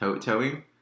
towing